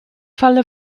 falle